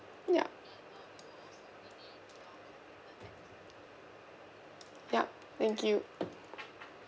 yup yup thank you